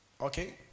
Okay